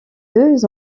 deux